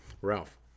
Ralph